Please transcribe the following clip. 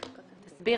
תסביר.